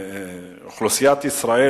שמח שאוכלוסיית ישראל,